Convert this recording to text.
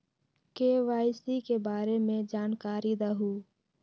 KYC के बारे में जानकारी दहु?